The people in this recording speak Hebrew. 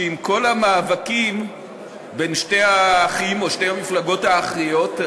שעם כל המאבקים בין שני האחים או שתי המפלגות האחיות,